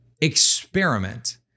Experiment